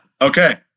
okay